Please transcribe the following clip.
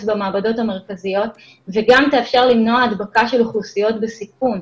במעבדות המרכזיות וגם תאפשר למנוע הדבקה של אוכלוסיות בסיכון,